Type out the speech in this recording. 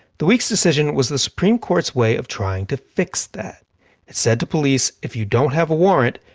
the weeks decision was the supreme court's way of trying to fix that. it said to police, if you don't have a warrant,